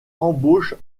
embauche